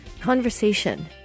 conversation